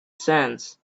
sands